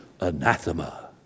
anathema